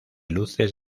luces